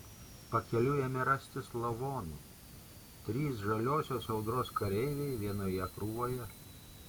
pakeliui ėmė rastis lavonų trys žaliosios audros kareiviai vienoje krūvoje